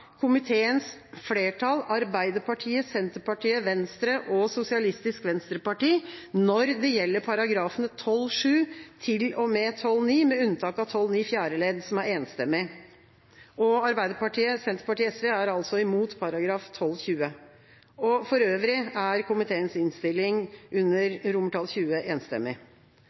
komiteens flertall, Arbeiderpartiet, Senterpartiet, Venstre og Sosialistisk Venstreparti når det gjelder § 12-7 til og med § 12-9, med unntak av § 12-9 fjerde ledd, som er enstemmig. Arbeiderpartiet, Senterpartiet og SV er imot § 12-20. For øvrig er komiteens innstilling under romertall XX enstemmig.